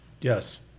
Yes